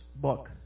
book